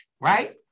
right